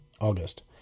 August